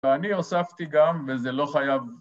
‫ואני הוספתי גם, וזה לא חייב.